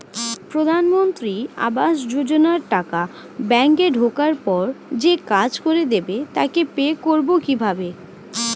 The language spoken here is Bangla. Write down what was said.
প্রধানমন্ত্রী আবাস যোজনার টাকা ব্যাংকে ঢোকার পরে যে কাজ করে দেবে তাকে পে করব কিভাবে?